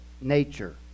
nature